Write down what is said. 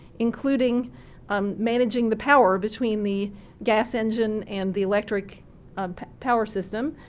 including um managing the power between the gas engine and the electric power system.